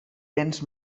béns